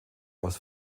aus